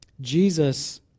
Jesus